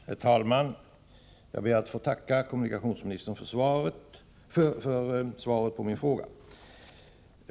Herr talman! Jag ber att få tacka kommunikationsministern för svaret på min fråga.